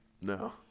No